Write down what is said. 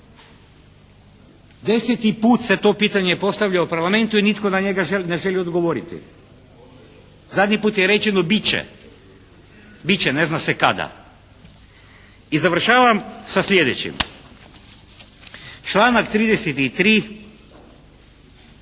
10. put se to pitanje postavlja u Parlamentu i nitko na njega ne želi odgovoriti. Zadnji put je rečeno bit će, bit će, ne zna se kada. I završavam sa sljedećim. Članak 33.